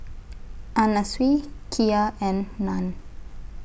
Anna Sui Kia and NAN